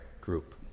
group